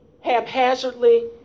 haphazardly